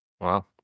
Wow